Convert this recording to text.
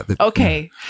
okay